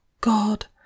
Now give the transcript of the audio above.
god